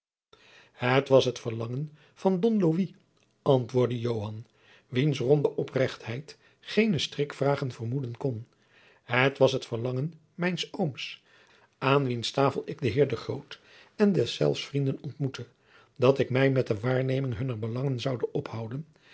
het was het verlangen van don louis antwoordde joan wiens ronde oprechtheid geene strikvragen vermoeden kon het was het verlangen mijns ooms aan wiens tafel ik den heer de groot en deszelfs vrienden ontmoette dat ik mij met de waarneming hunner belangen zoude ophouden